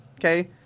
Okay